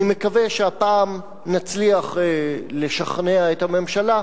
אני מקווה שהפעם נצליח לשכנע את הממשלה.